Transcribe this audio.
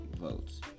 votes